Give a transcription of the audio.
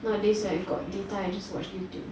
nowadays we got data right I just watch Youtube